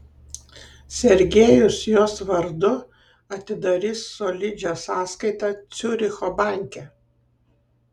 sergejus jos vardu atidarys solidžią sąskaitą ciuricho banke